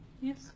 yes